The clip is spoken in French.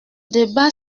débat